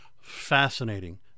fascinating